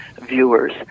viewers